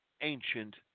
ancient